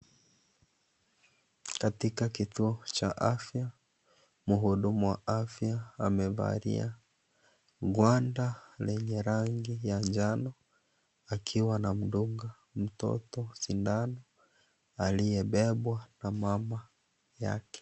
Katika kituo cha afya , mhudumu wa afya amevalia gwanda lenye rangi ya njano , akiwa anamdunga mtoto sindano aliyebebwa na mama yake.